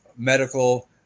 Medical